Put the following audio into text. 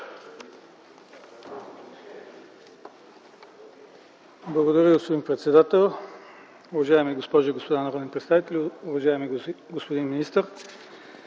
Благодаря, господин председател. Уважаеми госпожи и господа народни представители, уважаеми господин министър!